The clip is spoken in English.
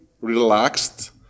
relaxed